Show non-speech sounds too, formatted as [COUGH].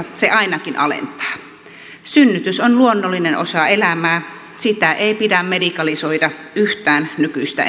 se ainakin alentaa synnytys on luonnollinen osa elämää sitä ei pidä medikalisoida yhtään nykyistä [UNINTELLIGIBLE]